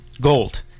gold